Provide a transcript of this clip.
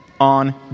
on